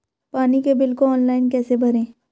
पानी के बिल को ऑनलाइन कैसे भरें?